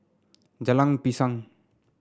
Jalan Pisang